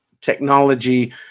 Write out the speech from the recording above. technology